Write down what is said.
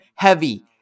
heavy